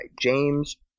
James